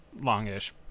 longish